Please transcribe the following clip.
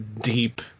deep